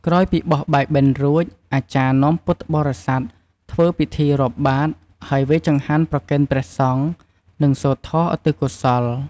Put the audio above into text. ក្រោយពីបោះបាយបិណ្ឌរួច អាចារ្យនាំពុទ្ធបរិស័ទធ្វើពិធីរាប់បាត្រ ហើយវេរចង្ហាន់ប្រគេនព្រះសង្ឃ និងសូត្រធម៌ឧទ្ទិសកុសល។